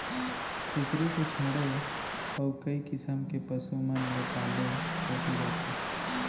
कुकरी के छोड़े अउ कई किसम के पसु मन ल पाले पोसे जाथे